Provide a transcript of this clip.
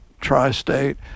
Tri-State